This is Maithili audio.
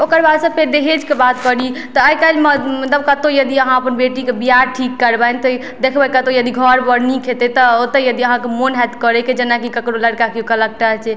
ओकरबाद से फेर दहेजके बात करी तऽ आइ काल्हिमे मतलब कतौ यदि अहाँ अपन बेटीके विवाह ठीक करबनि तऽ देखबै कतौ यदि घर वर नीक हेतै तऽ ओतै यदि अहाँके मोन हैत करैके जेना कि ककरो लड़का केओ कलेक्टर छै